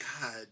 God